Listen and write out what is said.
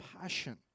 passion